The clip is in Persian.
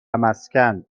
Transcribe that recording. مسکن